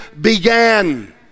began